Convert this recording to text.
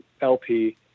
LP